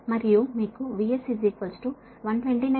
మరియు మీకు VS 129